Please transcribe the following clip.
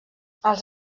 els